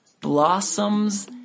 blossoms